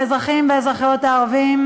האזרחים והאזרחיות הערבים,